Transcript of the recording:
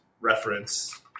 reference